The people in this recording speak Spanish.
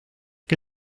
que